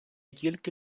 тільки